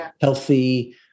healthy